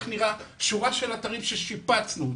שורה של אתרים ששיפצנו.